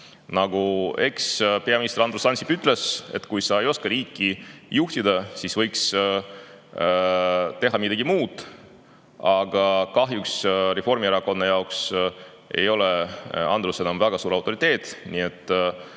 Ekspeaminister Andrus Ansip on öelnud, et kui sa ei oska riiki juhtida, siis võiks teha midagi muud. Kahjuks Reformierakonna jaoks ei ole Andrus enam väga suur autoriteet, nii et